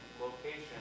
location